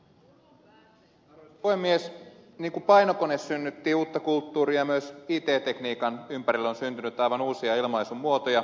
niin kuin painokone synnytti uutta kulttuuria myös it tekniikan ympärille on syntynyt aivan uusia ilmaisumuotoja